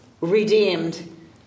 redeemed